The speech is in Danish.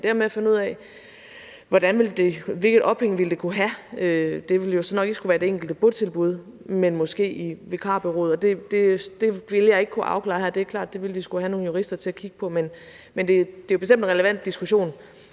her med at finde ud af, hvilket ophæng det ville kunne have – det ville så nok ikke skulle være det enkelte botilbud, men måske i vikarbureauet – vil jeg ikke kunne afklare her. Det er klart, at vi ville skulle have nogle jurister til at kigge på det, men det er jo bestemt en relevant diskussion.